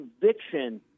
conviction